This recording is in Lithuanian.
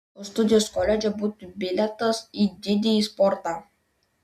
o studijos koledže būtų bilietas į didįjį sportą